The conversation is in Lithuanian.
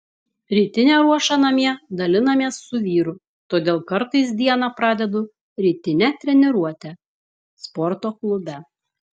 rytinę ruošą namie dalinamės su vyru todėl kartais dieną pradedu rytine treniruote sporto klube